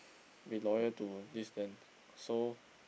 be loyal to this so